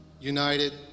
united